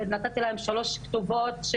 נתתי להם שלוש כתובות,